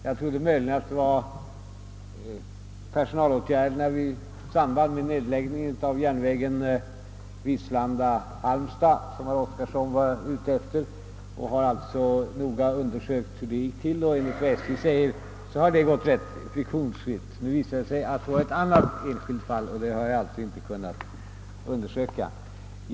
Jag trodde att det möjligen var personalåtgärderna i samband med nedläggningen av järnvägen Vislanda—Halmstad, som herr Oskarson åsyftade, och har alltså noga undersökt hur det gick till härvidlag, och enligt SJ har det gått rätt friktionsfritt. Nu visar det sig att det gäller ett annat enskilt fall, som jag inte har kunnat undersöka.